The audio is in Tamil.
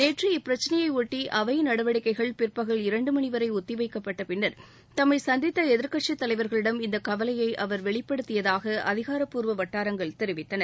நேற்று இப்பிரச்னையை ஒட்டி அவை நடவடிக்கைகள் பிற்பகல் இரண்டு மணி வரை ஒத்தி வைக்கப்பட்ட பின்னர் தம்மை சந்தித்த எதிர்க்கட்சித் தலைவர்களிடம் இந்த கவலையை அவர் வெளிப்படுத்தியதாக அதிகாரப்பூர்வ வட்டாரங்கள் தெரிவித்தன